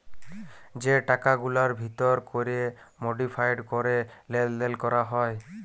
যে টাকাগুলার ভিতর ক্যরে মডিফায়েড ক্যরে লেলদেল ক্যরা হ্যয়